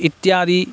इत्यादि